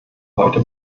heute